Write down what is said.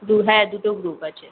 দু হ্যাঁ দুটো গ্ৰুপ আছে